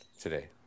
today